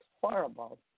horrible